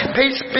Peace